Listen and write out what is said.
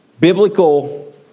Biblical